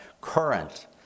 current